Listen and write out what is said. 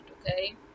okay